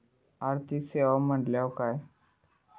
आर्थिक सेवा म्हटल्या काय?